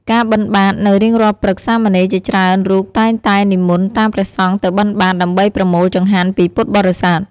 ការបិណ្ឌបាត នៅរៀងរាល់ព្រឹកសាមណេរជាច្រើនរូបតែងតែនិមន្តតាមព្រះសង្ឃទៅបិណ្ឌបាត ដើម្បីប្រមូលចង្ហាន់ពីពុទ្ធបរិស័ទ។